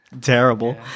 Terrible